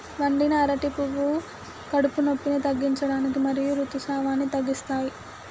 వండిన అరటి పువ్వులు కడుపు నొప్పిని తగ్గించడానికి మరియు ఋతుసావాన్ని తగ్గిస్తాయి